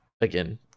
again